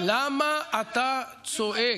למה אתה צועק?